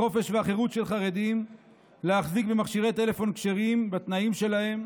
החופש והחירות של חרדים להחזיק במכשירי טלפון כשרים בתנאים שלהם,